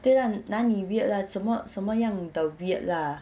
对啦哪里 weird lah 什么什么样的 weird lah